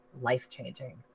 life-changing